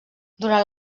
durant